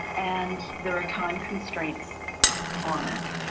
and there are time constraints on it,